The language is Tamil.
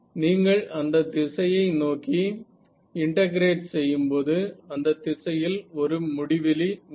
நீங்கள் அந்த திசையை நோக்கி இன்டெகிரேட் செய்யும்போது அந்த திசையில் ஒரு முடிவிலி உள்ளது